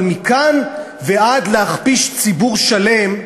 אבל מכאן ועד להכפיש ציבור שלם,